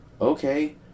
Okay